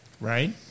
Right